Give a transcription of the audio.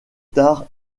tard